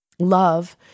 love